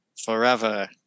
forever